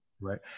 Right